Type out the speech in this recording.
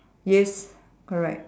yes correct